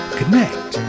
connect